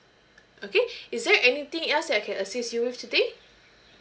okay is there anything else that I can assist you with today